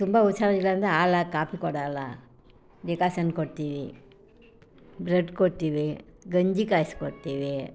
ತುಂಬ ಹುಷಾರಿಲ್ಲ ಅಂದ್ರೆ ಹಾಲಾಕಿ ಕಾಪಿ ಕೊಡಲ್ಲ ಡಿಕಾಸನ್ ಕೊಡ್ತೀವಿ ಬ್ರೆಡ್ ಕೊಡ್ತೀವಿ ಗಂಜಿ ಕಾಯಿಸ್ಕೊಡ್ತೀವಿ